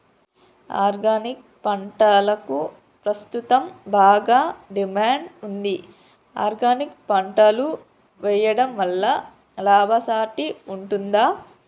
Organic పంటలకు ప్రస్తుతం బాగా డిమాండ్ ఉంది ఆర్గానిక్ పంటలు వేయడం వల్ల లాభసాటి ఉంటుందా?